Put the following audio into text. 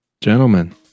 Gentlemen